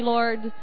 Lord